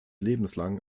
lebenslang